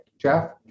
Jeff